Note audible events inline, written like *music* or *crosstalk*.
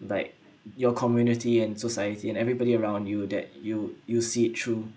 *breath* like your community and society and everybody around you that you you see it through